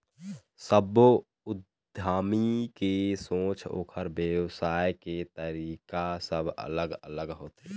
सब्बो उद्यमी के सोच, ओखर बेवसाय के तरीका सब अलग अलग होथे